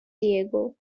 diego